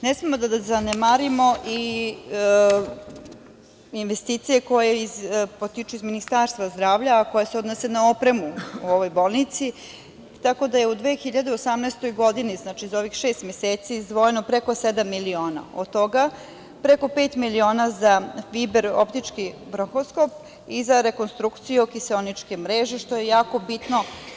Ne smemo da zanemarimo i investicije koje potiču iz Ministarstva zdravlja, a koje se odnose na opremu u ovoj bolnici, tako da je u 2018. godini, znači, za ovih šest meseci izdvojeno preko sedam miliona, od toga preko pet miliona za ….i za rekonstrukciju kiseoničke mreže što je jako bitno.